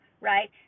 right